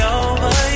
over